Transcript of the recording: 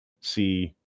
see